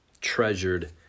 treasured